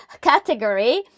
category